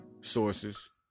Sources